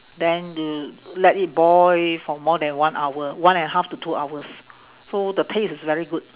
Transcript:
then you let it boil for more than one hour one and a half to two hours so the taste is very good